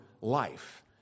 life